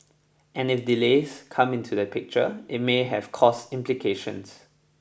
and if delays come into the picture it may have cost implications